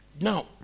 Now